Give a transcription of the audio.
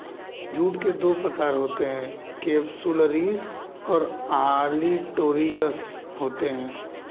jute के दो प्रकार केपसुलरिस और ओलिटोरियस होते हैं